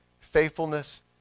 faithfulness